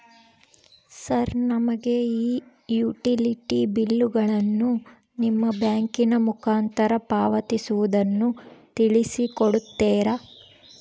Sir ನಮಗೆ ಈ utility ಬಿಲ್ಲುಗಳನ್ನು ನಿಮ್ಮ ಬ್ಯಾಂಕಿನ ಮುಖಾಂತರ ಪಾವತಿಸುವುದನ್ನು ತಿಳಿಸಿ ಕೊಡ್ತೇರಾ?